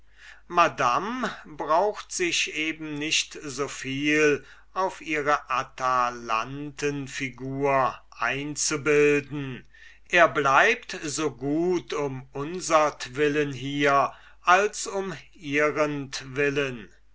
madam braucht sich eben nicht so viel auf ihre atalantenfigur einzubilden er bleibt so gut um unsertwillen hier als um ihrentwillen